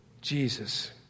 Jesus